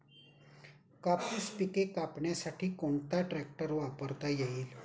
कापूस पिके कापण्यासाठी कोणता ट्रॅक्टर वापरता येईल?